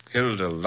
Hilda